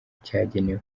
cyagenewe